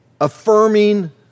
affirming